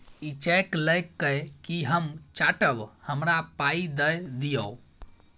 इ चैक लए कय कि हम चाटब? हमरा पाइ दए दियौ